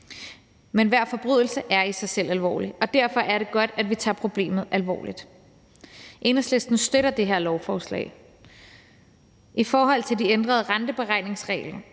Men hver forbrydelse er i sig selv alvorlig, og derfor er det godt, at vi tager problemet alvorligt. Enhedslisten støtter det her lovforslag. I forhold til de ændrede renteberegningsregler